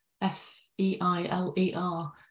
F-E-I-L-E-R